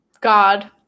God